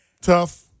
Tough